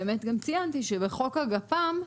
באמת גם ציינתי שבחוק בגפ"מ,